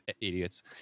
idiots